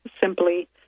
simply